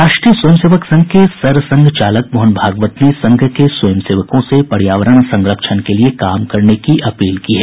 राष्ट्रीय स्वयंसेवक संघ के सरसंघ चालक मोहन भागवत ने संघ के स्वयंसेवकों से पर्यावरण संरक्षण के लिए काम करने की अपील की है